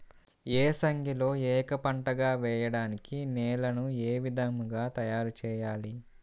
ఏసంగిలో ఏక పంటగ వెయడానికి నేలను ఏ విధముగా తయారుచేయాలి?